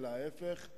אלא להיפך.